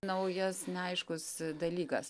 naujas neaiškus dalykas